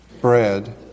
bread